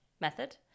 Method